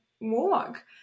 walk